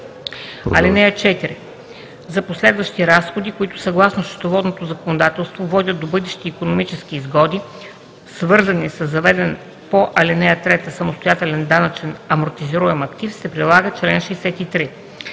ал. 1. (4) За последващи разходи, които съгласно счетоводното законодателство водят до бъдещи икономически изгоди, свързани със заведен по ал. 3 самостоятелен данъчен амортизируем актив се прилага чл. 63.